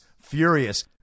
furious